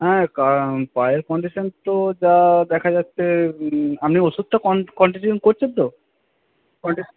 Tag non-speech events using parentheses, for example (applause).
হ্যাঁ (unintelligible) পায়ের কন্ডিশন তো যা দেখা যাচ্ছে আপনি ওষুধটা কন্টিনিউ করছেন তো (unintelligible)